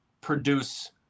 produce